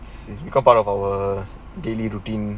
it's become part of our daily routine